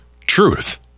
Truth